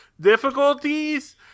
difficulties